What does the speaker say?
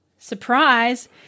Surprise